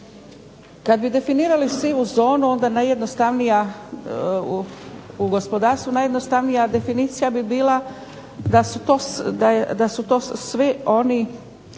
Da bi definirali sivu zonu onda najjednostavnija, u gospodarstvu najjednostavnija definicija bi bila da su to svi oni